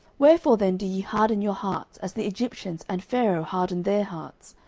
wherefore then do ye harden your hearts, as the egyptians and pharaoh hardened their hearts?